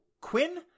Quinn